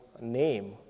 name